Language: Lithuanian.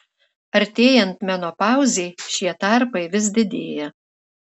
artėjant menopauzei šie tarpai vis didėja